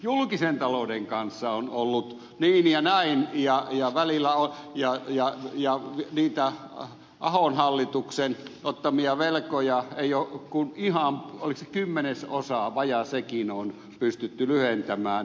julkisen talouden kanssa on ollut niin ja näin ja niitä ahon hallituksen ottamia velkoja ei ole kuin ihan oliko se kymmenesosa vajaa sekin pystytty lyhentämään